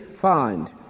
find